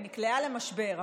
היא נקלעה למשבר,